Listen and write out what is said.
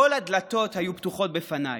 כל הדלתות היו פתוחות בפניי,